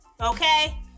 Okay